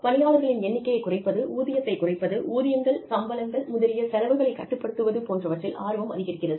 பணியாளர்களின் எண்ணிக்கையைக் குறைப்பது ஊதியத்தைக் குறைப்பது ஊதியங்கள் சம்பளங்கள் முதலிய செலவுகளைக் கட்டுப்படுத்துவது போன்றவற்றில் ஆர்வம் அதிகரிக்கிறது